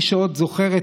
מי שעוד זוכר,